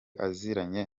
aziranye